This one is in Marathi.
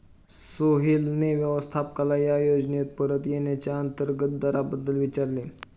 सोहेलने व्यवस्थापकाला या योजनेत परत येण्याच्या अंतर्गत दराबद्दल विचारले